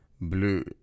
blue